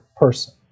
person